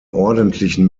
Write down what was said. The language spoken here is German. ordentlichen